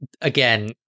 again